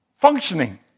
Functioning